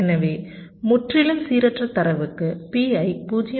எனவே முற்றிலும் சீரற்ற தரவுக்கு Pi 0